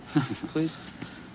please